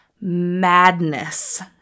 madness